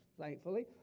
thankfully